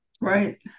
Right